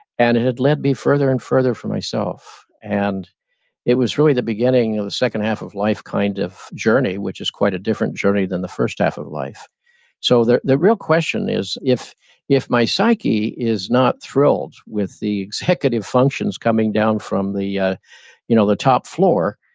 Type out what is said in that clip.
and it had led me further and further from myself. and it was really the beginning of the second half of life kind of journey which is quite a different journey than the first half of life so the the real question is, if if my psyche is not thrilled with the executive functions coming down from the ah you know top top floor,